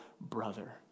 brother